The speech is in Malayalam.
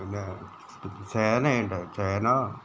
പിന്നെ ചേനയുണ്ട് ചേന